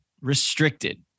restricted